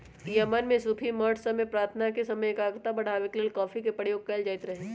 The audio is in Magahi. यमन में सूफी मठ सभ में प्रार्थना के समय एकाग्रता बढ़ाबे के लेल कॉफी के प्रयोग कएल जाइत रहै